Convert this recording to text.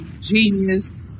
genius